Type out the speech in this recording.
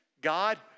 God